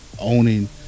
owning